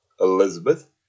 Elizabeth